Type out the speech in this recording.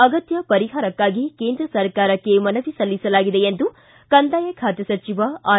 ಅಗತ್ಯ ಪರಿಹಾರಕ್ಕಾಗಿ ಕೇಂದ್ರ ಸರ್ಕಾರಕ್ಕೆ ಮನವಿ ಸಲ್ಲಿಸಲಾಗಿದೆ ಎಂದು ಕಂದಾಯ ಖಾತೆ ಸಚಿವ ಆರ್